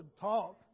Talk